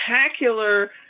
spectacular